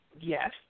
yes